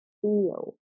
feel